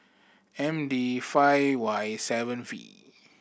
M D five Y seven V